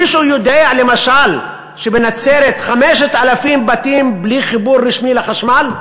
מישהו יודע שלמשל בנצרת יש 5,000 בתים בלי חיבור רשמי לחשמל?